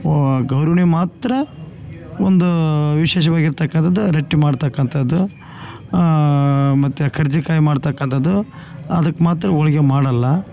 ಒ ಗೌರೂಣೆ ಮಾತ್ರ ಒಂದು ವಿಶೇಷವಾಗಿರ್ತಕ್ಕಂಥದು ರೊಟ್ಟಿ ಮಾಡ್ತಕ್ಕಂಥದ್ದು ಮತ್ತು ಕರ್ಜಿಕಾಯಿ ಮಾಡ್ತಕ್ಕಂಥದ್ದು ಅದಕ್ಕೆ ಮಾತ್ರ ಹೋಳ್ಗೆ ಮಾಡಲ್ಲ